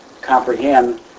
comprehend